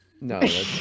No